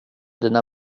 dina